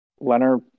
Leonard